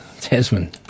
Tasman